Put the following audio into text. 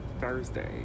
Thursday